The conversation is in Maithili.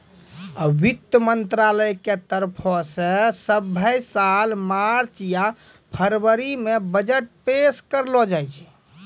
वित्त मंत्रालय के तरफो से सभ्भे साल मार्च या फरवरी मे बजट पेश करलो जाय छै